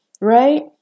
Right